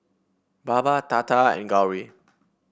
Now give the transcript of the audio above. Baba Tata and Gauri